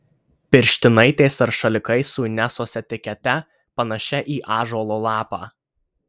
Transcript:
pirštinaitės ar šalikai su inesos etikete panašia į ąžuolo lapą